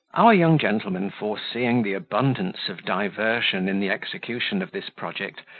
our young gentleman foreseeing the abundance of diversion in the execution of this project,